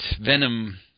Venom